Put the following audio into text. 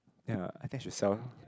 ya I think I should sell